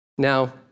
Now